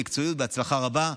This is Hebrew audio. במקצועיות ובהצלחה רבה.